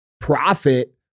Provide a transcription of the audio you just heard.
profit